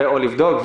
או לבדוק,